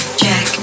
check